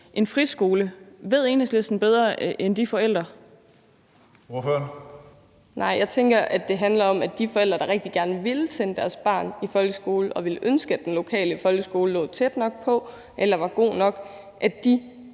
Ordføreren. Kl. 15:57 Anne Hegelund (EL): Nej, jeg tænker, det handler om, at de forældre, der rigtig gerne vil sende deres børn i folkeskolen, og som ville ønske, at den lokale folkeskole lå tæt nok på eller var god nok, ikke